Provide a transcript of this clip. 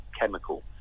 chemical